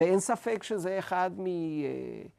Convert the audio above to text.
‫אין ספק שזה אחד מ...